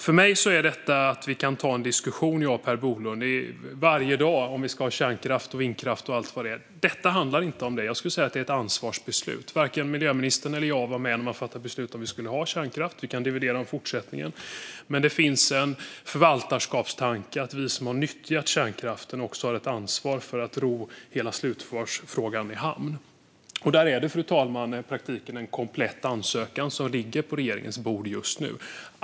För mig handlar detta inte om att jag och Per Bolund varje dag kan ta en diskussion om huruvida vi ska ha kärnkraft, vindkraft eller annat. Jag skulle säga att detta är ett ansvarsbeslut. Varken miljöministern eller jag var med när man fattade beslut om att vi skulle ha kärnkraft. Vi kan dividera om fortsättningen, men det finns en förvaltarskapstanke om att vi som har nyttjat kärnkraften också har ett ansvar för att ro hela slutförvarsfrågan i hamn. Fru talman! Det är i praktiken en komplett ansökan som ligger på regeringens bord just nu.